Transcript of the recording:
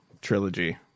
trilogy